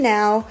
now